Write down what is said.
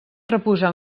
reposar